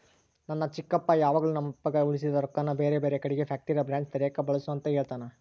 ನನ್ನ ಚಿಕ್ಕಪ್ಪ ಯಾವಾಗಲು ನಮ್ಮಪ್ಪಗ ಉಳಿಸಿದ ರೊಕ್ಕನ ಬೇರೆಬೇರೆ ಕಡಿಗೆ ಫ್ಯಾಕ್ಟರಿಯ ಬ್ರಾಂಚ್ ತೆರೆಕ ಬಳಸು ಅಂತ ಹೇಳ್ತಾನಾ